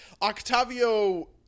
Octavio